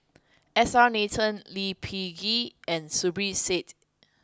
S R Nathan Lee Peh Gee and Zubir Said